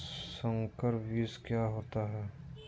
संकर बीज क्या होता है?